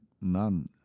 none